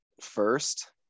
first